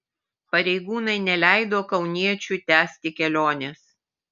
pareigūnai neleido kauniečiui tęsti kelionės